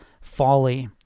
folly